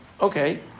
Okay